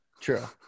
True